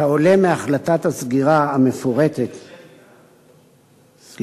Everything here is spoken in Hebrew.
כעולה מהחלטת הסגירה המפורטת, ששמו?